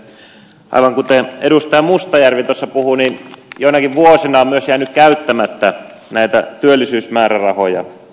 mutta aivan kuten edustaja mustajärvi puhui joinakin vuosina on myös jäänyt käyttämättä näitä työllisyysmäärärahoja